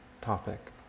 topic